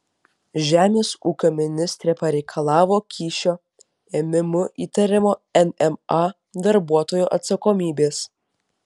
žemės ūkio ministrė pareikalavo kyšio ėmimu įtariamo nma darbuotojo atsakomybės